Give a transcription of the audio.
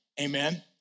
Amen